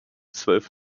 zwölf